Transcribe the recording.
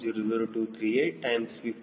2 WSstall10